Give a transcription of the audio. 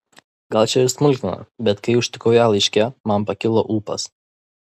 gal čia ir smulkmena bet kai užtikau ją laiške man pakilo ūpas